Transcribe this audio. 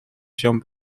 się